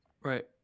Right